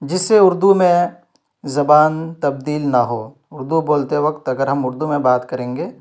جس سے اردو میں زبان تبدیل نہ ہو اردو بولتے وقت اگر ہم اردو میں بات کریں گے